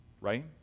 Right